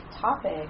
topic